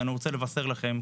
אז אני רוצה לבשר לכם,